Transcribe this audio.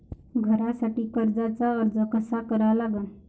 घरासाठी कर्जाचा अर्ज कसा करा लागन?